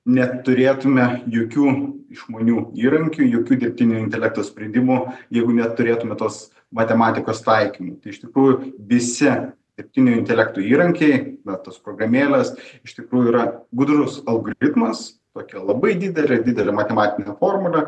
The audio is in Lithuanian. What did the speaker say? neturėtume jokių išmanių įrankių jokių dirbtinio intelekto sprendimų jeigu neturėtume tos matematikos taikymų tai iš tikrųjų visi dirbtinio intelekto įrankiai net tos programėlės iš tikrųjų yra gudrus algoritmas tokia labai didelė didelė matematinė formulė